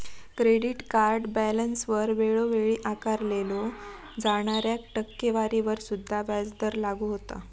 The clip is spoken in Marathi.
क्रेडिट कार्ड बॅलन्सवर वेळोवेळी आकारल्यो जाणाऱ्या टक्केवारीवर सुद्धा व्याजदर लागू होता